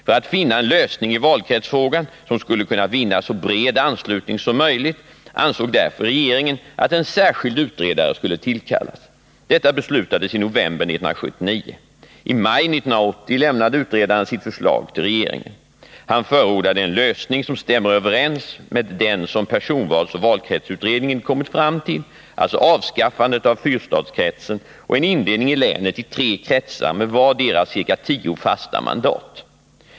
För att finna en lösning i valkretsfrågan som skulle kunna vinna så bred anslutning som möjligt ansåg därför regeringen att en särskild utredare skulle tillkallas. Detta beslutades i november 1979. I maj 1980 lämnade utredaren sitt förslag tillregeringen. Han förordade en lösning som stämmer överens med den som personvalsoch valkretsutredningen kommit fram till, alltså avskaffande av fyrstadskretsen och en indelning av länet i tre kretsar med vardera ca tio fasta mandat.